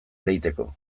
ereiteko